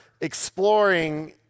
exploring